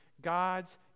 God's